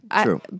true